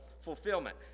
fulfillment